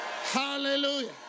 hallelujah